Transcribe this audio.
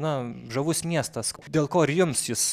na žavus miestas dėl ko ir jums jis